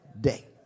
day